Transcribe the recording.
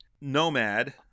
Nomad